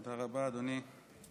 תודה רבה, אדוני.